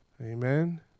Amen